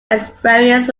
experience